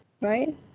right